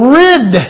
rid